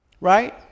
right